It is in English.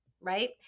right